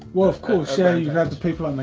well of course, so you have the people um